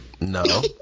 No